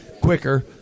quicker